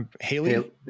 Haley